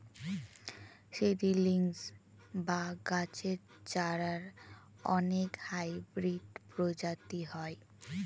seedlings বা গাছের চারার অনেক হাইব্রিড প্রজাতি হয়